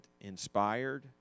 inspired